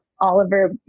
Oliver